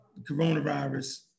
coronavirus